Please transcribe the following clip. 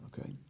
okay